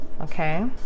okay